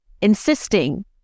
insisting